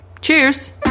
Cheers